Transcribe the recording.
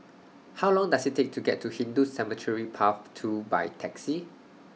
How Long Does IT Take to get to Hindu Cemetery Path two By Taxi